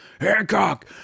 Hancock